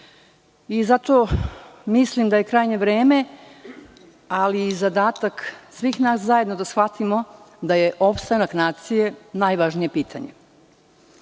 zemlje. Mislim da je krajnje vreme, ali i zadatak svih nas zajedno da shvatimo da je opstanak nacije najvažnije pitanje